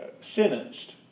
sentenced